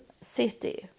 city